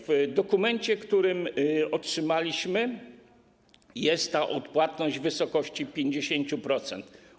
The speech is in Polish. W dokumencie, który otrzymaliśmy, jest ta odpłatność w wysokości 50%.